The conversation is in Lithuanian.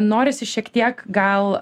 norisi šiek tiek gal